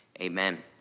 Amen